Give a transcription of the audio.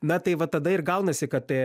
na tai va tada ir gaunasi kad tai